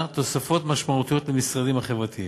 תוספות משמעותיות למשרדים החברתיים,